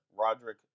Roderick